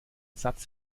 satz